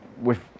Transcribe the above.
with-